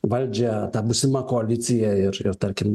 valdžią ta būsima koalicija ir tarkim